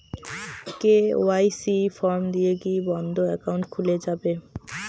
KYC form দিয়ে কি বন্ধ একাউন্ট খুলে যাবে?